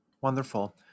Wonderful